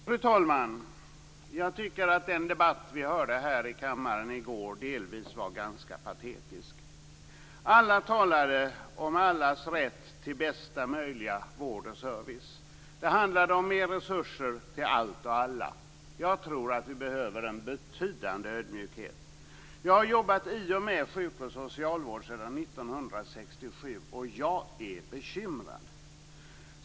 Fru talman! Jag tycker att den debatt som vi hörde här i kammaren i går delvis vara ganska patetisk. Alla talade om allas rätt till bästa möjliga vård och service. Det handlade om att ge mer resurser till allt och alla. Jag tror att det behövs en betydande ödmjukhet. Jag har jobbat i och med sjuk och socialvård sedan 1967, och jag är bekymrad.